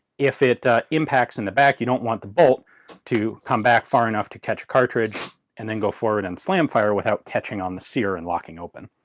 if it impacts in the back, you don't want the bolt to come back far enough to catch a cartridge and then go forward and slam fire without catching on the sear and locking open.